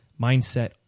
mindset